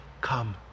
come